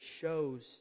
shows